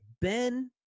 ben